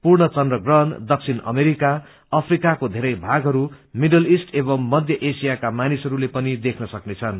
पूर्ण चन्द्रग्रहण दक्षिण अमेरिका अफ्रिकाको बेरै भागहरू मिडिल इस्ट एवमू मध्य एशियाका मानिसहरूले पनि देख्न सक्नेछन्